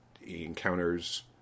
encounters